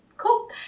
cool